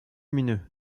lumineux